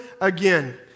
again